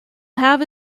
have